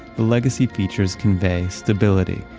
the legacy features convey stability,